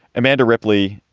amanda ripley,